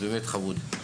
אתה באמת חמוד.